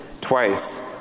Twice